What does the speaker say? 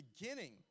beginning